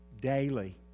daily